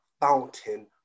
fountain